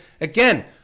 Again